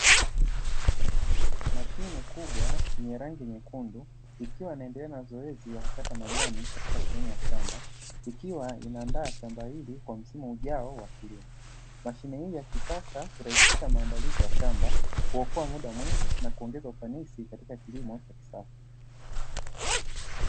Mashine kubwa yenye rangi nyekundu ikiwa inaendelea na zoezi la kukata majani katika sehemu ya shamba, ikiwa inaandaa shamba hili kwa msimu ujao wa kilimo, mashine hii ya kisasa hurahisisha maandalizi ya shamba, kuokoa muda mwingi, na kuongeza ufanisi katika kilimo cha kisasa.